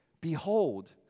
behold